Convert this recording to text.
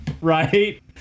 right